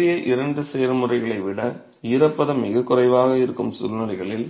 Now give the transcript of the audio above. முந்தைய இரண்டு செயல்முறைகளை விட ஈரப்பதம் மிகக் குறைவாக இருக்கும் சூழ்நிலைகளில்